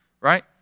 right